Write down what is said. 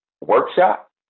workshop